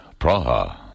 Praha